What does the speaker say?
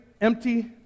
empty